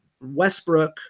Westbrook